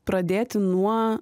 pradėti nuo